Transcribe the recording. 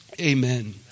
Amen